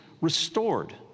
restored